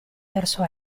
verso